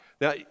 Now